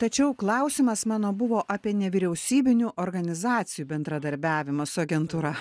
tačiau klausimas mano buvo apie nevyriausybinių organizacijų bendradarbiavimą su agentūra